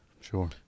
Sure